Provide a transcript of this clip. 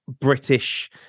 british